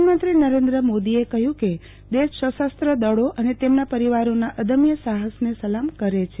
પ્રધાનમંત્રી નરેન્દ્ર મોદીએ કહ્યુ કે દેશ સશસ્ત્ર દળો અને તેમના પરીવારોના અદમ્ય સાહસને સલામ કરે છે